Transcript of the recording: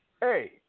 hey